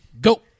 go